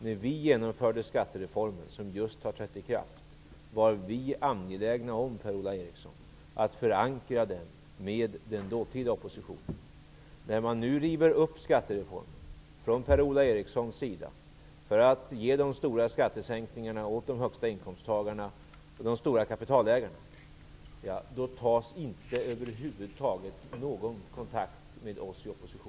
När vi genomförde den skattereform som just har trätt i kraft var vi angelägna om, Per-Ola Eriksson, att förankra den hos den dåtida oppositionen. När man från Per-Ola Erikssons sida river upp skattereformen för att ge dem som har höga inkomster och stora kapital de stora skattesänkningarna, tar man över huvud taget ingen kontakt med oss i oppositionen.